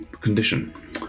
condition